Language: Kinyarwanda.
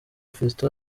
fiston